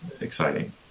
exciting